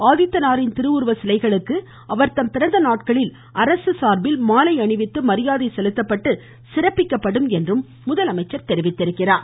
ஆதித்தனாரின் திருவுருவ சிலைகளுக்கு அவர்தம் பிறந்த நாட்களில் அரசு சார்பில் மாலை அணிவித்து மரியாதை செலுத்தப்பட்டு சிறப்பிக்கப்படும் என்றும் கூறினார்